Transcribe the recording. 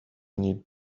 need